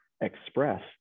express